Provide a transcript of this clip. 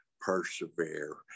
persevere